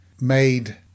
made